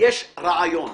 יש רעיון.